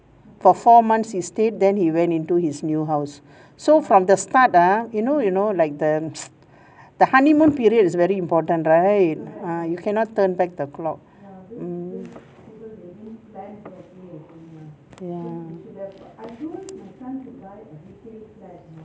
for four months he stayed then he went into his new house so from the start ah you know you know like the the honeymoon period is very important right ah you cannot turn back the clock mm ya